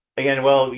again, well,